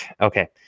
Okay